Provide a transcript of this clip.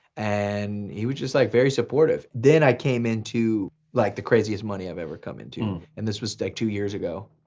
and he was just like very supportive. then i came into like the craziest money i've ever come in to, and this was like two years ago.